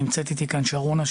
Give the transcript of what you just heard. נמצאת איתי כאן שרונה,